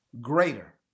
greater